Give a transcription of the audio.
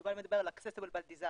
יובל מדבר על ה- accessible ועל design,